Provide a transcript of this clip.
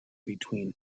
between